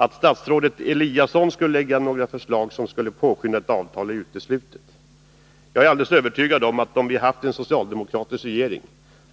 Att statsrådet Eliasson skulle lägga fram något förslag för att påskynda ett avtal är uteslutet. Jag är alldeles övertygad om att om vi haft en socialdemokratisk regering